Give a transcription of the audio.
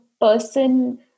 person